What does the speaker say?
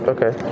Okay